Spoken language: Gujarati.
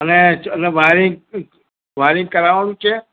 અને અને વાયરીંગ વાયરીંગ કરાવાનું છે